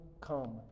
come